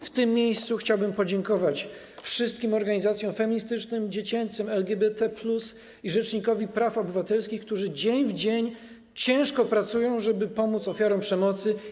W tym miejscu chciałbym podziękować wszystkim organizacjom feministycznym, dziecięcym, LGBT+ i rzecznikowi praw obywatelskich, wszystkim, którzy dzień w dzień ciężko pracują, żeby pomóc ofiarom przemocy.